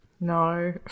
No